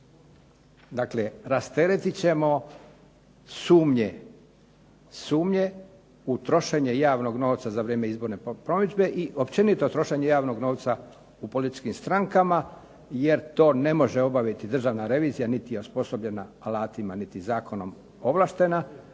Dakle, rasteretit ćemo sumnje u trošenje javnog novca za vrijeme izborne promidžbe i općenito trošenje javnog novca u političkim strankama jer to ne može obaviti Državna revizija niti je osposobljena alatima niti zakonom ovlaštena,